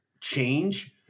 change